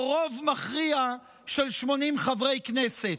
או רוב מכריע של 80 חברי הכנסת.